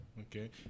Okay